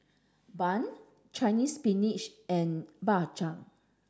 bun Chinese spinach and Bak Chang